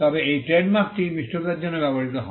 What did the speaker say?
তবে এই ট্রেডমার্কটি মিষ্টতার জন্য ব্যবহৃত হয়